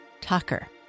Tucker